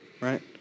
right